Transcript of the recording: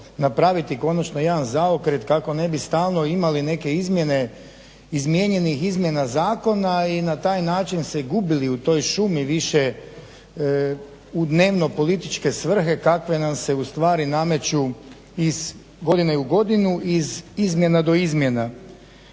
napraviti konačno jedan zaokret kako ne bi stalno imali neke izmjene izmijenjenih izmjena zakona i na taj način se gubili u toj šumi više u dnevnopolitičke svrhe kakve nam se ustvari nameću iz godine u godinu, iz izmjena do izmjena.